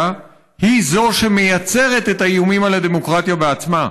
היא שמייצרת את האיומים על הדמוקרטיה בעצמה,